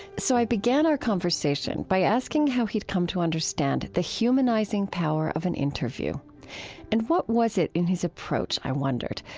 so i began our conversation by asking how he'd come to understand the humanizing power of an interview and what was it in his approach, i wondered,